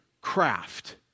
craft